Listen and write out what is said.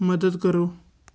ਮਦਦ ਕਰੋ